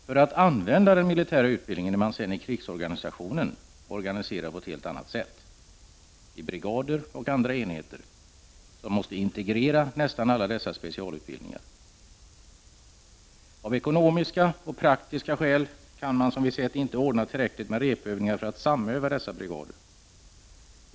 För att använda den militära utbildningen är man sedan i krigsorganisationen organiserad på ett helt annat sätt — i brigader och andra enheter som måste integrera nästan alla dessa specialutbildningar. Av ekonomiska och praktiska skäl, kan man, som vi sett, inte ordna tillräckligt med repövningar för att samöva dessa brigader.